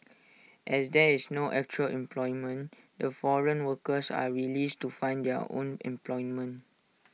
as there is no actual employment the foreign workers are released to find their own employment